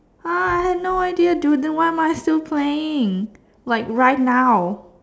!huh! I have no idea dude then why am I still playing like right now